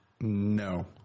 No